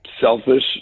selfish